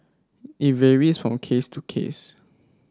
it varies from case to case